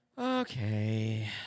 Okay